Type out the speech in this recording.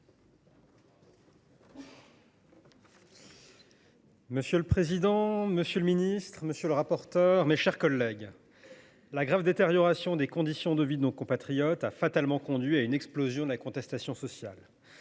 Monsieur le président, monsieur le garde des sceaux, mes chers collègues, la grave détérioration des conditions de vie de nos compatriotes a fatalement conduit à une explosion de la contestation sociale.